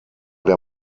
der